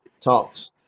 talks